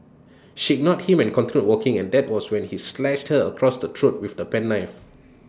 she ignored him and continued walking and that was when he slashed her across the throat with the penknife